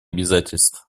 обязательств